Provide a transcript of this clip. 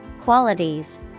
qualities